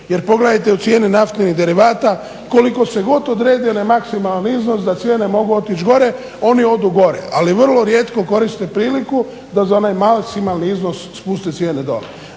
jer pogledajte u cijene naftnih derivata koliko se odredi onaj maksimalni iznos da cijene mogu otići gore oni odu gore. Ali vrlo rijetko koriste priliku da za onaj maksimalni iznos spuste cijene dole.